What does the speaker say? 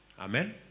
Amen